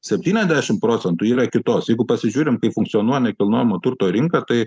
septyniasdešimt procentų yra kitos jeigu pasižiūrim kaip funkcionuoja nekilnojamo turto rinka tai